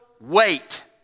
wait